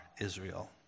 Israel